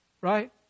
Right